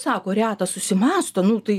sako retas susimąsto nu tai